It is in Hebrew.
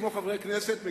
כמו חברי כנסת אחרים,